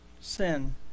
sin